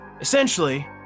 Essentially